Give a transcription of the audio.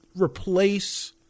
replace